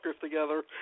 together